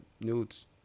nudes